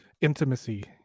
intimacy